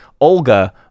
Olga